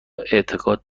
اعتقاد